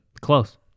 Close